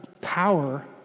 power